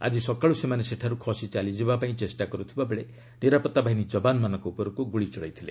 ଆଜି ସକାଳୁ ସେମାନେ ସେଠାରୁ ଖସି ଚାଲିଯିବା ପାଇଁ ଚେଷ୍ଟା କରୁଥିବା ବେଳେ ନିରାପତ୍ତା ବାହିନୀ ଯବାନମାନଙ୍କ ଉପରକୁ ଗୁଳି ଚଳାଇଥିଲେ